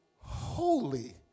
Holy